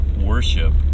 worship